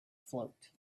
float